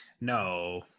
No